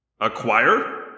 Acquire